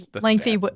Lengthy